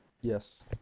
Yes